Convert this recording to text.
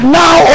now